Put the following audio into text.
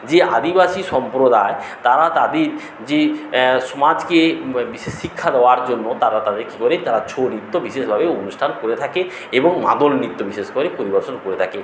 যে আদিবাসী সম্প্রদায় তারা তাদের যে সমাজকে বা বিশেষ শিক্ষা দেওয়ার জন্য তারা তাদের কী বলে তারা ছৌ নৃত্য বিশেষভাবে অনুষ্ঠান করে থাকে এবং মাদল নৃত্য বিশেষ করে পরিবেশন করে থাকে